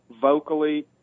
vocally